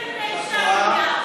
39 מיליארד.